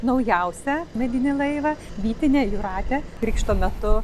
naujausią medinį laivą vytinę jūratę krikšto metu